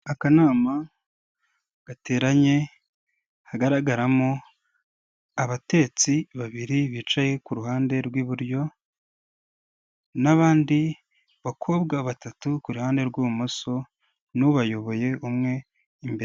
Akanama gateranye hagaragaramo abatetsi babiri bicaye ku ruhande rw'iburyo n'abandi bakobwa batatu ku ruhande rw'ibumoso n'ubayoboye umwe imbere.